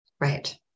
Right